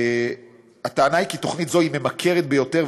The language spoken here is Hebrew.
הטענה היא שתוכנית זו ממכרת ביותר,